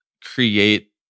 create